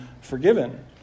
forgiven